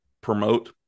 promote